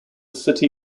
city